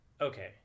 Okay